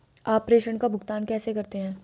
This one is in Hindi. आप प्रेषण का भुगतान कैसे करते हैं?